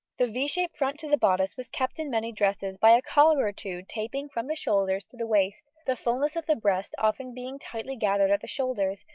the v shaped front to the bodice was kept in many dresses by a collar or two tapering from the shoulders to the waist, the fullness of the breast often being tightly gathered at the shoulders,